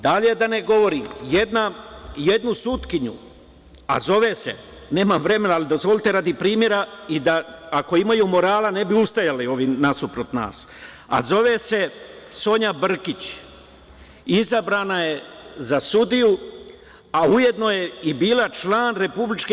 Dalje da ne govorim, jednu sudkinju a zove se, nemam vremena, ali dozvolite radi primera i da ako imaju morala ne bi ustajali ovi nasuprot nas, a zove se Sonja Brkić, izabrana je za sudiju a ujedno je i bila član RIK.